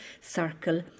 circle